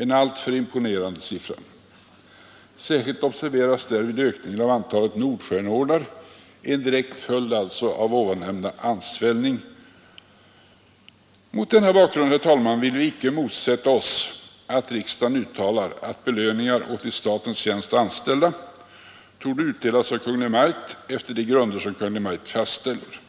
En alltför imponerande siffra. Särskilt observeras då ökningen av antalet Nordstjärneordnar — en direkt följd alltså av nyssnämnda ansvällning. Mot denna bakgrund, herr talman, vill vi icke motsätta oss att riksdagen uttalar att belöningar åt i statens tjänst anställda torde utdelas av Kungl. Maj:t efter de grunder som Kungl. Maj:t fastställer.